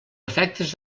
efectes